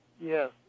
yes